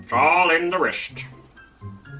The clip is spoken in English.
all in the wrist.